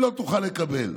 לא תוכל לקבל.